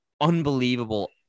unbelievable